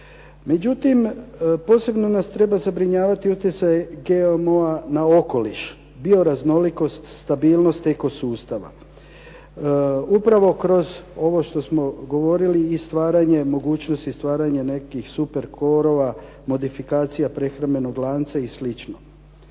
Međutim, posebno nas treba zabrinjavati utjecaj GMO-a na okoliš, bioraznolikost, stabilnost eko sustava. Upravo kroz ovo što smo govorili i stvaranje mogućnosti, stvaranje nekih super korova, modifikacija prehrambenog lanca i